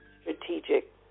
Strategic